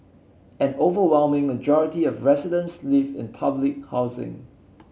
an overwhelming majority of residents live in public housing